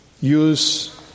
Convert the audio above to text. use